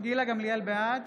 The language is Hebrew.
בעד